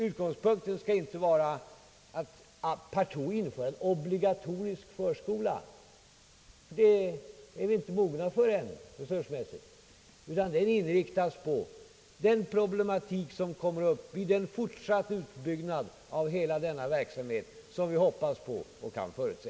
Utgångspunkten skall inte vara att partout införa en obligatorisk förskola, utan utredningen skall gälla den problematik som vi kan komma att ställas inför vid en fortsatt utbyggnad av verksamheten, en utbyggnad som vi hoppas på och kan förutse.